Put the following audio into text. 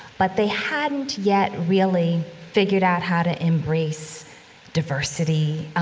but they hadn't yet really figured out how to embrace diversity, um,